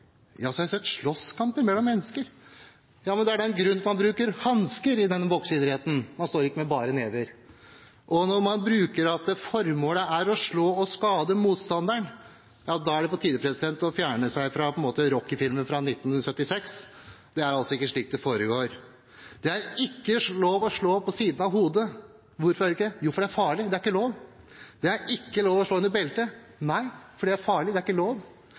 Ja, men det er da en grunn til at man bruker hansker i denne bokseidretten, man slår ikke med bare never. Når man sier at formålet er å slå og skade motstanderen, da er det på tide å fjerne seg fra Rocky-filmen fra 1976. Det er altså ikke slik det foregår. Det er ikke lov å slå på siden av hodet. Hvorfor er det ikke det? Jo, for det er farlig. Det er ikke lov. Det er ikke lov å slå under beltet. Nei, for det er farlig. Det er ikke lov.